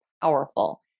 powerful